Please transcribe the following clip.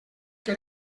que